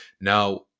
Now